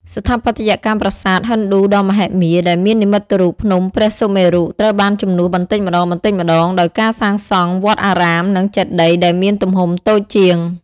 ស្ថាបត្យកម្មប្រាសាទហិណ្ឌូដ៏មហិមាដែលមាននិមិត្តរូបភ្នំព្រះសុមេរុ ត្រូវបានជំនួសបន្តិចម្តងៗដោយការសាងសង់វត្តអារាមនិងចេតិយដែលមានទំហំតូចជាង